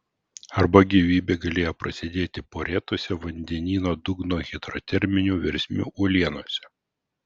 arba gyvybė galėjo prasidėti porėtose vandenyno dugno hidroterminių versmių uolienose